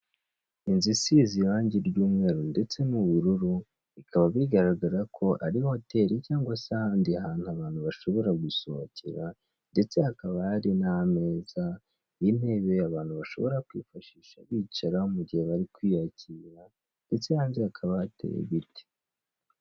Inzu isize irangi ry'umweru ndetse n'ubururu, bikaba bigaragar ko ari hoteri cyangwa ahandi se ahandi hantu abantu ashobora gusohokera, ndetse hakaba hari n'ameza n'intebe abantu bashobora kwifashisha bicara mu gihe bari kwiyakira, ndetse hanze hakaba hateye ibiti.